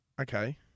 Okay